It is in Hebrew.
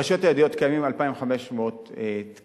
הרשויות היהודיות, קיימים 2,500 תקנים,